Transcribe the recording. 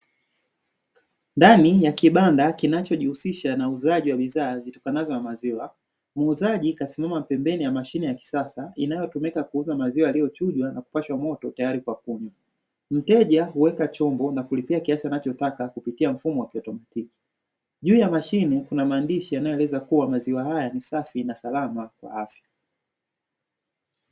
Ndani ya kibanda kinachojihusisha na uzaji wa bidhaa zitokanazo na maziwa. Muuzaji kasimama pembeni ya mashine ya kisasa inayotumika kuuza maziwa yaliyochujwa, nakupashwa moto, tayari kwa kunywa. Mteja huweka chombo na kulipia kiasi anachotaka kupitia mfumo wa kutoa msikito. Juu ya mashine kuna maandishi yanayoeleza kuwa maziwa haya ni safi na salama kwa afya.